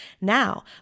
Now